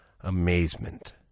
amazement